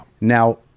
Now